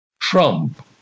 Trump